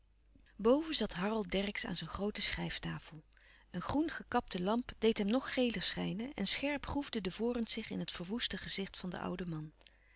boven zat harold dercksz aan zijn groote schrijftafel een groen gekapte lamp deed hem nog geler schijnen en scherp groefden de vorens zich in het verwoeste gezicht van den ouden man